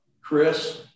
Chris